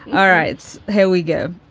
all right. here we go